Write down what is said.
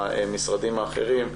מהמשרדים האחרים,